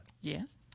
Yes